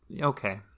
Okay